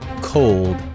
Cold